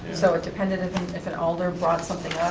so it depended if an alder brought something